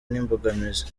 n’imbogamizi